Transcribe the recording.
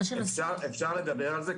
אפשר לדבר על זה.